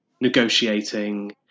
negotiating